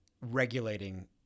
regulating